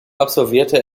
absolvierte